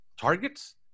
Targets